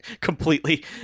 completely